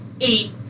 eight